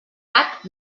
gat